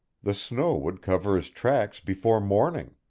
the snow would cover his tracks before morning.